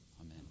Amen